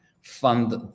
fund